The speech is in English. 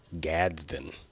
Gadsden